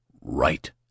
Right